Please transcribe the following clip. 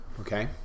okay